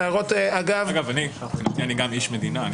אגב, אני גם איש מדינה.